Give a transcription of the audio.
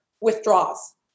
withdraws